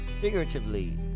Figuratively